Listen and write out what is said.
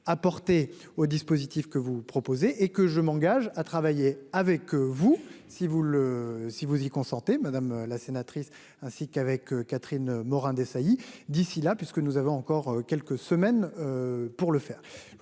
apportées au dispositif que vous proposez et que je m'engage à travailler avec vous si vous le si vous y conforter madame la sénatrice, ainsi qu'avec Catherine Morin-, Desailly. D'ici là puisque nous avons encore quelques semaines. Pour le faire.